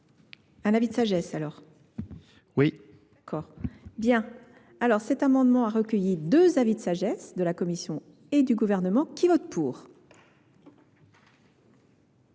un avis de sagesse. d'accord bien, alors, cet amendement a recueilli deux avis de sagesse de la Commission et du gouvernement qui votent pour